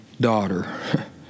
daughter